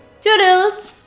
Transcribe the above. Toodles